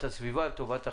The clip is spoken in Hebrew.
לטובת הסביבה, לטובת החברה,